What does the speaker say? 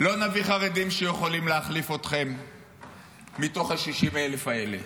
לא נביא חרדים שיכולים להחליף אתכם מתוך ה-60,000 האלה.